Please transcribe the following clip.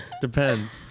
Depends